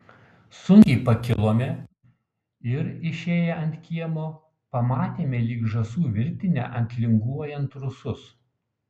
sunkiai pakilome ir išėję ant kiemo pamatėme lyg žąsų virtinę atlinguojant rusus